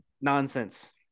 Nonsense